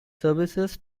services